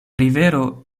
rivero